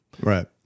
Right